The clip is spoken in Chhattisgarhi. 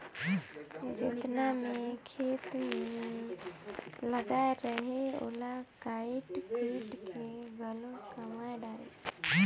जेतना मैं खेत मे लगाए रहें ओला कायट कुइट के घलो कमाय डारें